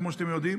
כמו שאתם יודעים,